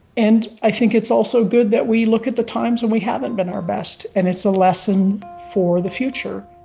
and i think it's also good that we look at the times when we haven't been our best and it's a lesson for the future